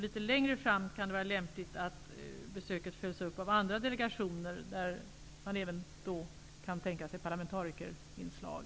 Litet längre fram kan det vara lämpligt att besöket följs upp av andra delegationer, i vilka man även kan tänka sig parlamentarikerinslag.